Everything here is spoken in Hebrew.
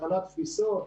הכנת תפיסות,